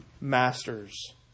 masters